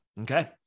Okay